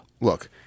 Look